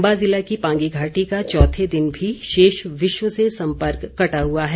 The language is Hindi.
चंबा जिला की पांगी घाटी का चौथे दिन भी शेष विश्व से संपर्क कटा हुआ है